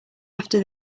after